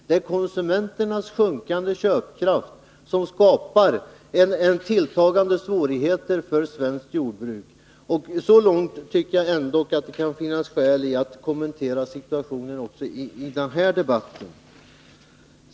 Det är konsumenternas sjunkande köpkraft som skapar tilltagande svårigheter för svenskt jordbruk. Så långt tycker jag ändå att det kan finnas skäl att kommentera situationen också i den här debatten.